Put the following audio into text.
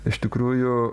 iš tikrųjų